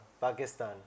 Pakistan